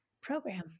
program